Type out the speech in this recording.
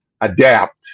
adapt